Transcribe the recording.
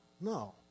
No